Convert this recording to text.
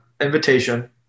invitation